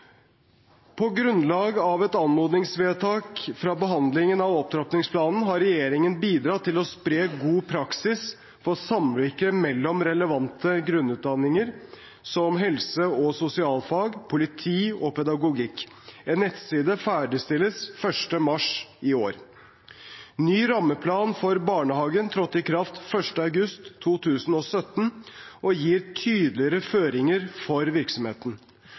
På grunnlag av et anmodningsvedtak fra behandlingen av opptrappingsplanen har regjeringen bidratt til å spre god praksis for samvirke mellom relevante grunnutdanninger som helse- og sosialfag, politi og pedagogikk. En nettside ferdigstilles 1. mars i år. En ny rammeplan for barnehagen trådte i kraft 1. august 2017 og gir tydeligere føringer for virksomheten.